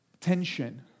tension